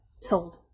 sold